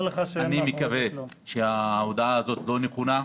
אני מקווה שההודעה הזאת לא נכונה.